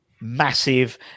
massive